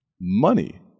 money